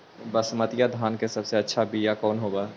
बसमतिया धान के सबसे अच्छा बीया कौन हौब हैं?